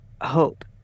hope